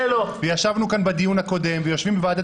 וישבנו כאן בדיון הקודם ויושבים בוועדת